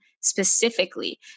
specifically